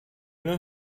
know